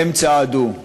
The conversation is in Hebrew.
והם צעדו,